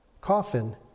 coffin